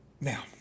Now